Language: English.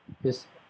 yes